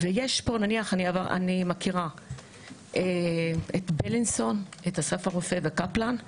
אני מכירה את בילינסון, את אסף הרופא ואת קפלן.